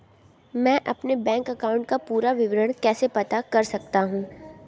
मैं अपने bank account का पूरा विवरण कैसे पता कर सकता हूँ?